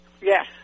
Yes